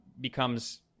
becomes